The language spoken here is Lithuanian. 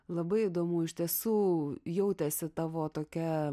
labai įdomu iš tiesų jautėsi tavo tokia